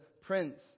Prince